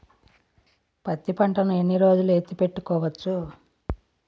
పత్తి పంటను ఎన్ని రోజులు ఎత్తి పెట్టుకోవచ్చు?